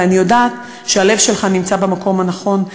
ואני יודעת שהלב שלך נמצא במקום הנכון,